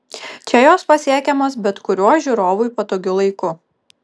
čia jos pasiekiamos bet kuriuo žiūrovui patogiu laiku